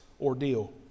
ordeal